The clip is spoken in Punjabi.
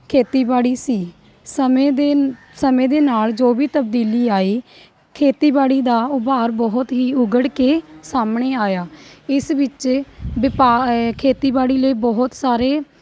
ਖੇਤੀਬਾੜੀ ਸੀ ਸਮੇਂ ਦੇ ਸਮੇਂ ਦੇ ਨਾਲ ਜੋ ਵੀ ਤਬਦੀਲੀ ਆਈ ਖੇਤੀਬਾੜੀ ਦਾ ਉਭਾਰ ਬਹੁਤ ਹੀ ਉਗੜ ਕੇ ਸਾਹਮਣੇ ਆਇਆ ਇਸ ਵਿੱਚ ਵਿਪਾ ਖੇਤੀਬਾੜੀ ਲਈ ਬਹੁਤ ਸਾਰੇ